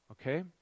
Okay